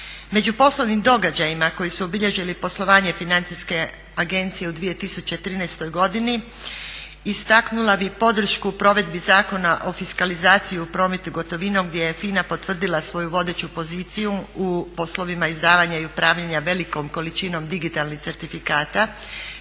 Među poslovnim događajima koji su obilježili poslovanje Financijske agencije u 2013.godini istaknula bih podršku provedbi Zakona o fiskalizaciji u prometu gotovinom gdje je FINA potvrdila svoju vodeću poziciju u poslovima izdavanja i upravljanja velikom količinom digitalnih certifikata